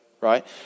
right